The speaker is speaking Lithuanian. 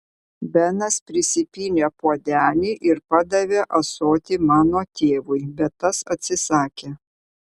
benas prisipylė puodelį ir padavė ąsotį mano tėvui bet tas atsisakė